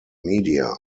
media